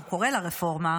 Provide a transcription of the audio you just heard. או קורא לרפורמה,